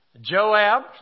Joab